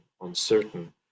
uncertain